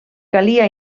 calia